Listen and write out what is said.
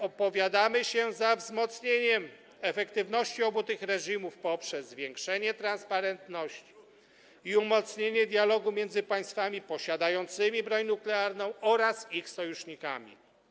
Opowiadamy się za wzmocnieniem efektywności obu tych reżimów poprzez zwiększenie transparentności i umocnienie dialogu między państwami posiadającymi broń nuklearną oraz ich sojusznikami.